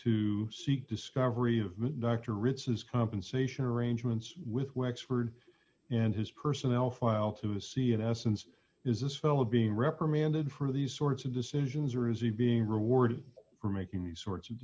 to seek discovery of not to reduce his compensation arrangements with wexford and his personnel file to see in essence is this fellow being reprimanded for these sorts of decisions or is he being rewarded for making these sorts of